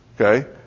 Okay